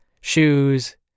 shoes